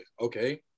Okay